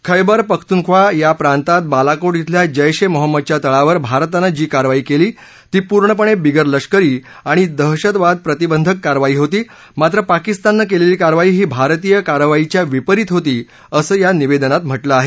खैबर पख्तुनख्वा या प्रांतात बालाकोट इथल्या जैश ए मोहंमदच्या तळावर भारतानं जी कारवाई केली ती पूर्णपणे बिगर लष्करी आणि दहशतवाद प्रतिबंधक कारवाई होती मात्र पाकिस्ताननं केलेली कारवाई ही भारतीय कारवाईच्या विपरित होती असं या निवेदनात म्हटलं आहे